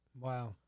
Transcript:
Wow